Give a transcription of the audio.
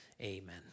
Amen